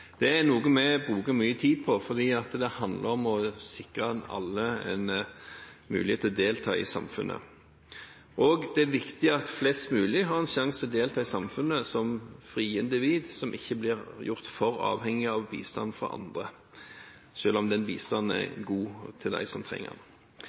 Det er noe vi bruker mye tid på fordi det handler om å sikre alle en mulighet til å delta i samfunnet. Og det er viktig at flest mulig har en sjanse til å delta i samfunnet, som frie individ som ikke blir gjort for avhengige av bistand fra andre – selv om den bistanden er